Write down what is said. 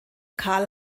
carl